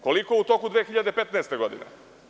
Koliko u toku 2015. godine?